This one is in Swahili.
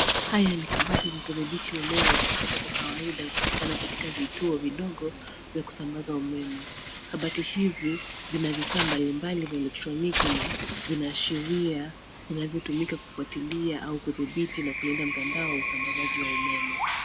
Haya ni kabati za kudhibiti umeme ambazo kwa kawaida hupatikana katika vituo vidogo vya kusambaza umeme. Kabati hizi zina vifaa mbalimbali vya elektroniki na vinaashiria vinavyotumika kufuatilia au kudhibiti na kuleta mtandao wa usambazaji wa umeme.